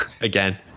Again